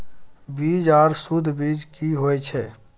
बीज आर सुध बीज की होय छै?